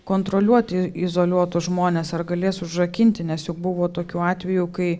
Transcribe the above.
kontroliuoti izoliuotus žmones ar galės užrakinti nes juk buvo tokių atvejų kai